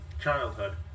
childhood